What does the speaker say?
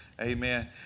Amen